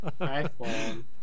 iphone